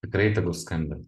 tikrai tegul skambina